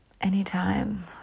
anytime